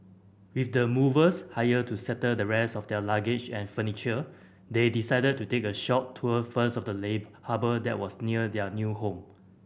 with the movers hired to settle the rest of their luggage and furniture they decided to take a short tour first of the late harbour that was near their new home